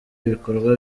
ibikorwa